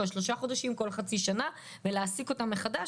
בכל שלושה חודשים או בכל חצי שנה ואז מעסיקים אותם מחדש,